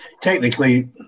Technically